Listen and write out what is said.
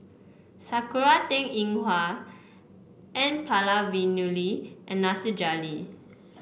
Sakura Teng Ying Hua N Palanivelu and Nasir Jalil